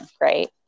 right